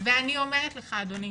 ואני אומרת לך, אדוני